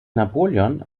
napoleon